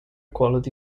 quality